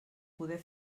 poder